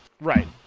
Right